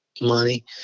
money